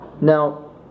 Now